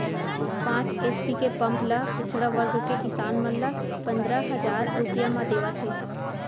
पांच एच.पी के पंप ल पिछड़ा वर्ग के किसान मन ल पंदरा हजार रूपिया म देवत हे